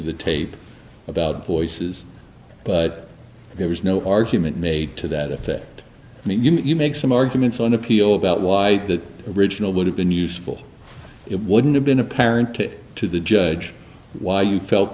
the tape about voices but there was no argument made to that effect and you make some arguments on appeal about why the original would have been useful it wouldn't have been apparent to the judge why you felt